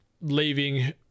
leaving